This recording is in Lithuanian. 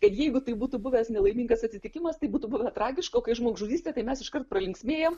kad jeigu tai būtų buvęs nelaimingas atsitikimas tai būtų buvę tragiška o kai žmogžudystė tai mes iškart pralinksmėjam